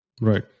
Right